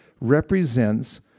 represents